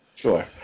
Sure